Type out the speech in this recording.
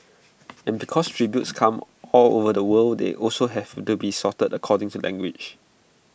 and because tributes come all over the world they also have to be sorted according to language